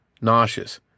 nauseous